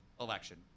election